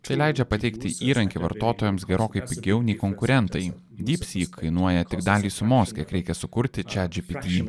tai leidžia pateikti įrankį vartotojams gerokai pigiau nei konkurentai dypsyk kainuoja tik dalį sumos kiek reikia sukurti čiat džypyty